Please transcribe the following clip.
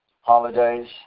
holidays